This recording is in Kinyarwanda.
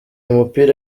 umupira